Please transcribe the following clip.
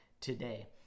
today